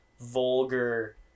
vulgar